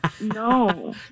No